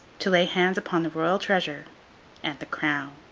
to lay hands upon the royal treasure and the crown.